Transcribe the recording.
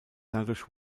dadurch